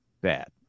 bad